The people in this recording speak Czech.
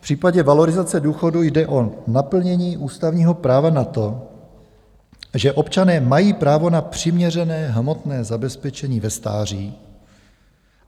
V případě valorizace důchodů jde o naplnění ústavního práva na to, že občané mají právo na přiměřené hmotné zabezpečení ve stáří